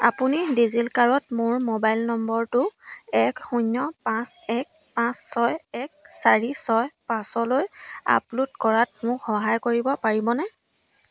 আপুনি ডিজি লকাৰত মোৰ মোবাইল নম্বৰটো এক শূন্য পাঁচ এক পাঁচ ছয় এক চাৰি ছয় পাঁচলৈ আপলোড কৰাত মোক সহায় কৰিব পাৰিবনে